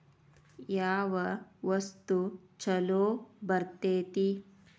ಯಾವ ವಸ್ತು ಛಲೋ ಬರ್ತೇತಿ?